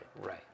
Right